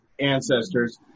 ancestors